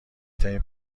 ترین